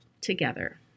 together